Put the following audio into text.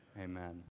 Amen